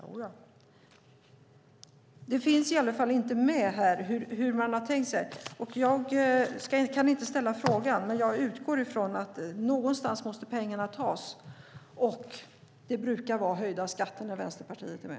Det finns i alla fall inte med här hur man har tänkt sig, och jag kan inte ställa frågan. Men jag utgår från att någonstans måste pengarna tas, och det brukar vara höjda skatter när Vänsterpartiet är med.